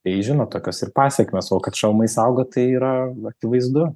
tai žinot tokios ir pasekmės o kad šalmai saugo tai yra akivaizdu